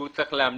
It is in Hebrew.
שהוא צריך להמליץ